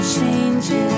changes